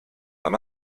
when